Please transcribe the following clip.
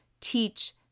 teach